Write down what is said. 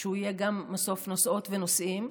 שהוא יהיה גם מסוף נוסעות ונוסעים,